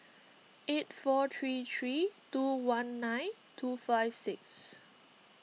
eight four three three two one nine two five six